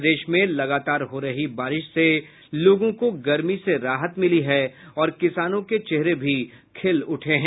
प्रदेश में लगातार हो रही बारिश से लोगों को गर्मी से राहत मिली है और किसानों के चेहरे भी खिल उठे हैं